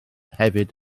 hefyd